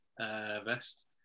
vest